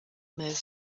most